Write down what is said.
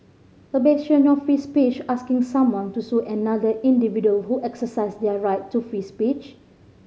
a bastion of free speech asking someone to sue another individual who exercised their right to free speech